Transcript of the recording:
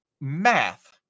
math